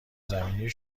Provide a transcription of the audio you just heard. زمینی